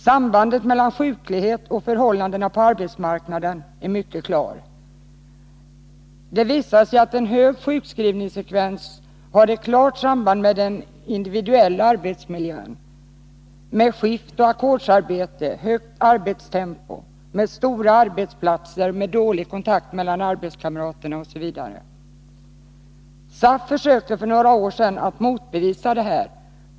Sambandet mellan sjuklighet och förhållandena på arbetsmarknaden är mycket klart. Det visar sig att en hög sjukskrivningsfrekvens har ett klart samband med den individuella arbetsmiljön, med skiftoch ackordsarbete, högt arbetstempo, stora arbetsplatser med dålig kontakt mellan arbetskamraterna osv. SAF försökte för några år sedan att motbevisa detta.